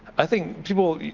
i think people,